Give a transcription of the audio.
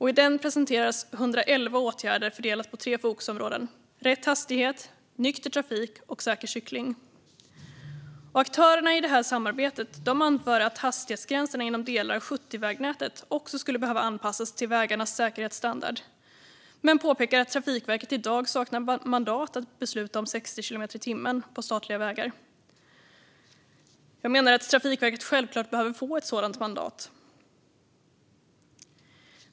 I den presenteras 111 åtgärder fördelade på tre fokusområden: rätt hastighet, nykter trafik och säker cykling. Aktörerna i detta samarbete anför att hastighetsgränserna inom delar av 70-vägnätet också skulle behöva anpassas till vägarnas säkerhetsstandard men påpekar att Trafikverket i dag saknar mandat att besluta om 60 kilometer i timmen på statliga vägar. Jag menar att Trafikverket självklart behöver få ett sådant mandat. Fru talman!